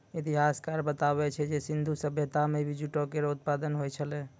इतिहासकार बताबै छै जे सिंधु सभ्यता म भी जूट केरो उत्पादन होय छलै